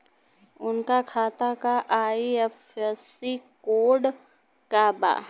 उनका खाता का आई.एफ.एस.सी कोड का बा?